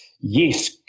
Yes